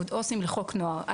עו"סים לחוק נוער,